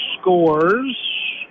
scores